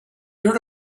heard